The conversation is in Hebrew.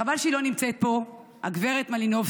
חבל שהיא לא נמצאת פה, הגב' מלינובסקי.